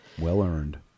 Well-earned